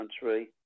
country